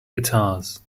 guitars